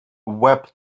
web